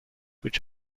which